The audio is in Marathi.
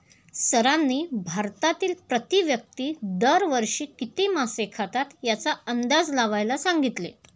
सरांनी भारतातील प्रति व्यक्ती दर वर्षी किती मासे खातात याचा अंदाज लावायला सांगितले?